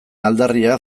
aldarria